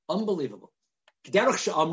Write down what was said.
Unbelievable